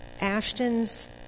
Ashton's